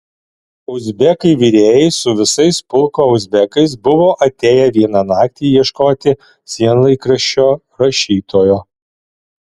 uzbekai virėjai su visais pulko uzbekais buvo atėję vieną naktį ieškoti sienlaikraščio rašytojo